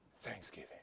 thanksgiving